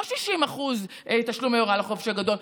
לא 60% תשלומי הוראה על החופש הגדול,